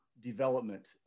development